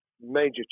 major